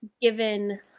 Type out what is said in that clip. given